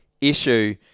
issue